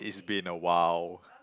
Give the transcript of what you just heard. it's been awhile